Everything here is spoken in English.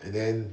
and then